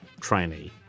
trainee